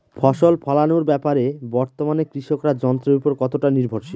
ফসল ফলানোর ব্যাপারে বর্তমানে কৃষকরা যন্ত্রের উপর কতটা নির্ভরশীল?